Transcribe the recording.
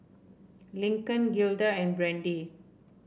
Lincoln Gilda and Brandee